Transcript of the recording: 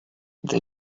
they